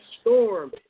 storm